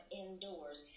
indoors